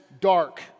dark